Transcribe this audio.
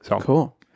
cool